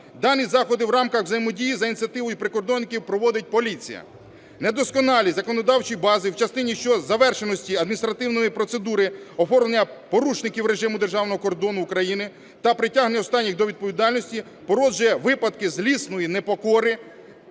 Дані заходи в рамках взаємодії за ініціативою прикордонників проводить поліція. Недосконалі законодавчі бази в частині щодо завершеності адміністративної процедури оформлення порушників режиму державного кордону України та притягнення останніх до відповідальності породжує випадки злісної непокори